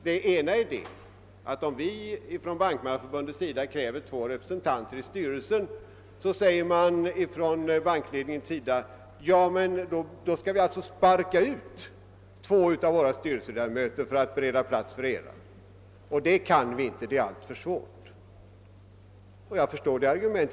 Det ena hindret är att om vi från Bankmannaförbundets sida kräver två representanter i styrelsen så svarar bankledningen: »Då skulle vi alltså sparka ut två av våra styrelseledamöter för att bereda plats för era representanter, och det kan vi inte göra — det är alltför svårt.« Jag förstår det argumentet.